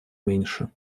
меньше